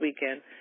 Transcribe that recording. weekend